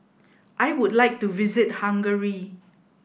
I would like to visit Hungary